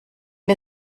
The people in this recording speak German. der